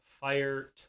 fire